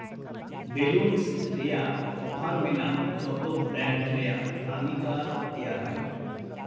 balloons ᱨᱮᱭᱟᱜ offer ᱢᱮᱱᱟᱜ ᱡᱚᱛᱚ ᱵᱨᱮᱱᱰ ᱨᱮᱭᱟᱜ ᱛᱟᱹᱞᱤᱠᱟ ᱛᱮᱭᱟᱨ ᱢᱮ